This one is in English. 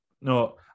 no